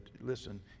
listen